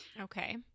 Okay